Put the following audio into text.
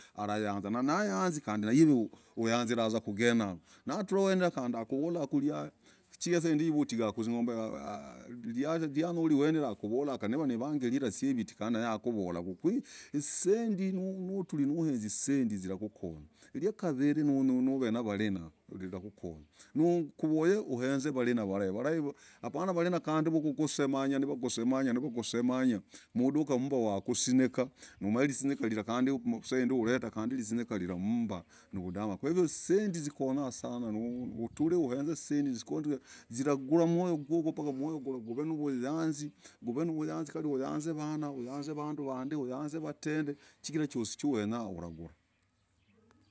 Arayanza. nayanzi kande yive vyanziraza kugene yago. natura iwenira kande akovolaku irya, chigira sainde yive utigari kuzingombe. ryanyori wenira akovola kari niva nivangeri yira siviti kande akovolaku. kwi izisendi nuturi mno izisendi zirakokonya irwakavire noveye navarina rirakokonya. na kove ohenze avarina avarahe apana kande avarena avukukosemanya vakosemanya muduka mumba wakusinyeka. mumanye irisikyeka lyla sahende orete irisinyika lila mumba nuvudamanu kwa hivyo izisendi zikonya sana uture ohenze isendi zikore ziragura umwoyo gugwo paka umwoyo guva nuvuyanzi kari uyanze avana. uyanze avandu. uyanze avatende chigira chosi chawenya uragura.